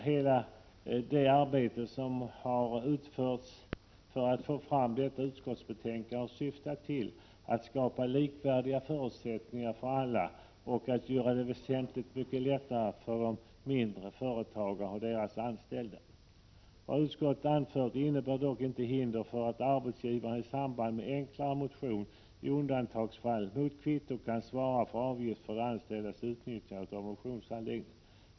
Hela det arbete som har gjorts för att få fram detta utskottsbetänkande har syftat till att skapa likvärdiga förutsättningar för alla och att göra det väsentligt mycket lättare för de mindre företagen och deras anställda. Utskottet anför vidare: ”Vad utskottet nu anfört innebär dock inte hinder för att arbetsgivaren i samband med enklare motion i undantagsfall mot kvitto kan svara för avgift för de anställdas utnyttjande av motionsanläggning.